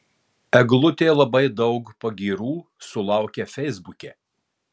eglutė labai daug pagyrų sulaukia feisbuke